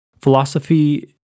Philosophy